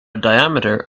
diameter